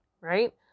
right